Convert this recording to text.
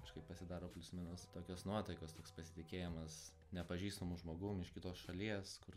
kažkaip pasidaro plius minus tokios nuotaikos toks pasitikėjimas nepažįstamu žmogum iš kitos šalies kur